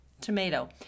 tomato